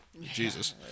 Jesus